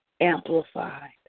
Amplified